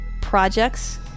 projects